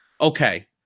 okay